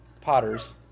Potters